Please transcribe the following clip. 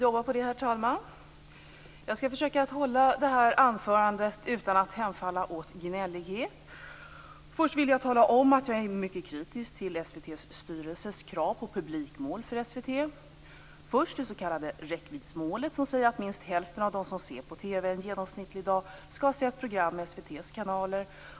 Herr talman! Jag skall försöka hålla det här anförandet utan att hemfalla åt gnällighet. Först vill jag tala om att jag är mycket kritisk till SVT:s styrelses krav på publikmål för SVT. Först har man det s.k. räckviddsmålet som säger att minst hälften av dem som ser på TV en genomsnittlig dag skall ha sett program i SVT:s kanaler.